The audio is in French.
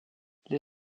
les